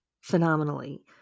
phenomenally